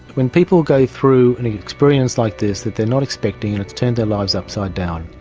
when people go through an experience like this that they're not expecting and it's turned their lives upside down,